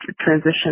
transition